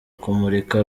kumurika